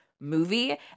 movie